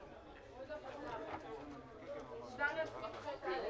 אם זה חזרה הביתה או דברים אחרים,